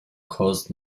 caused